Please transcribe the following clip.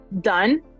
done